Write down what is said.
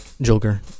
Joker